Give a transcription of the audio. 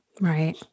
Right